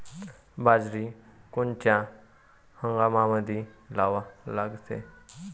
बाजरी कोनच्या हंगामामंदी लावा लागते?